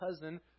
cousin